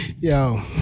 yo